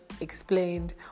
explained